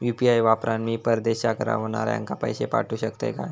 UPI वापरान मी परदेशाक रव्हनाऱ्याक पैशे पाठवु शकतय काय?